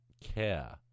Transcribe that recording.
care